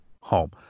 home